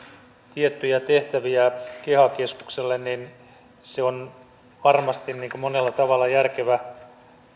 tiettyjä tehtäviä keha keskukselle on varmasti monella tavalla järkevä